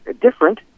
different